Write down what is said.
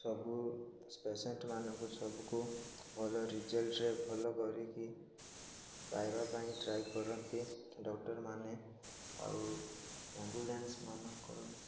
ସବୁ ପେସେଣ୍ଟ ମାନଙ୍କୁ ସବୁକୁ ଭଲ ରେଜଲ୍ଟରେ ଭଲ କରିକି ପାଇବା ପାଇଁ ଟ୍ରାଏ କରନ୍ତି ଡକ୍ଟର ମାନେ ଆଉ ଆମ୍ବୁଲାନ୍ସ ମାନଙ୍କର